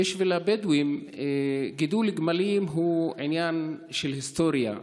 בשביל הבדואים גידול גמלים הוא עניין של היסטוריה,